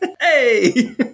Hey